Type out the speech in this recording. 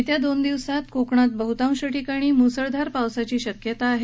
येत्या दोन दिवसांत कोकणात बहतांश ठिकाणी मसळधार पावसाची शक्यता आहे